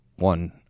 One